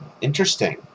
interesting